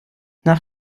nach